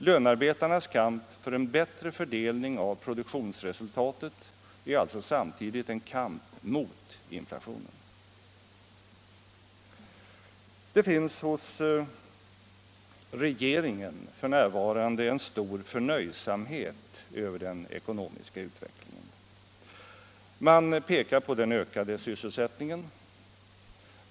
Lönarbetarnas kamp för en bättre fördelning av produktionsresultatet är alltså samtidigt en kamp mot inflationen. Det finns hos regeringen f.n. en stor förnöjsamhet över den ekonomiska utvecklingen. Man pekar på den ökade sysselsättningen.